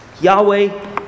Yahweh